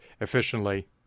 efficiently